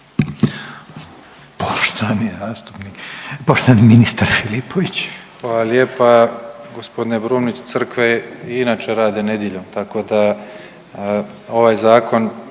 Davor (HDZ)** Hvala lijepa. Gospodine Brumnić crkve i inače rade nedjeljom, tako da ovaj zakon